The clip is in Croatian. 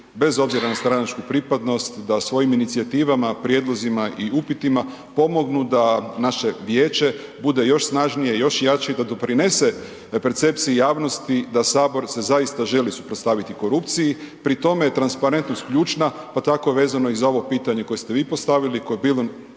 bez obzira na stranačku pripadnost da svojim inicijativama, prijedlozima i upitima pomognu da naše vijeće bude još snažnije, još jače i da doprinese percepciji javnosti da sabor se zaista želi suprotstaviti korupciji. Pri tome je transparentnost ključna, pa tako vezano i za ovo pitanje koje ste vi postavili koje je bilo